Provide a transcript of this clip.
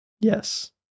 Yes